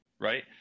right